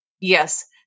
yes